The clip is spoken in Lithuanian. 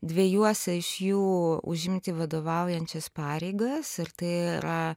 dviejose iš jų užimti vadovaujančias pareigas ir tai yra